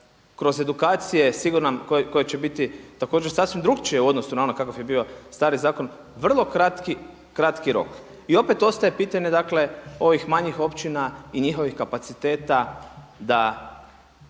Kroz edukacije, sigurno koji će biti također sasvim drukčiji u odnosu na ono kakav je bio stari zakon, vrlo kratki rok. I opet ostaje pitanje, dakle, ovih manjih općina i njihovih kapaciteta da